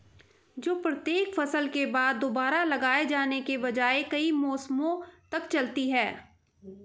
जो प्रत्येक फसल के बाद दोबारा लगाए जाने के बजाय कई मौसमों तक चलती है